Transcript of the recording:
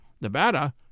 Nevada